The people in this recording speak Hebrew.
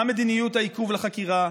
מה מדיניות העיכוב לחקירה?